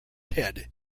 ted